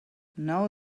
now